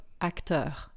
Acteur